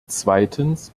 zweitens